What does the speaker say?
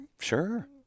Sure